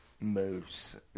Moose